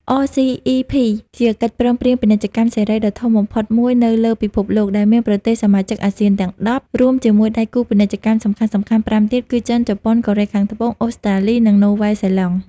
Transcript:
អ សុី អុី ភី (RCEP)ជាកិច្ចព្រមព្រៀងពាណិជ្ជកម្មសេរីដ៏ធំបំផុតមួយនៅលើពិភពលោក ដែលមានប្រទេសសមាជិកអាស៊ានទាំង ១០ រួមជាមួយដៃគូពាណិជ្ជកម្មសំខាន់ៗ ៥ ទៀត គឺ ចិន ជប៉ុន កូរ៉េខាងត្បូង អូស្ត្រាលី និងនូវែលសេឡង់។